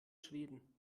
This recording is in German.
schweden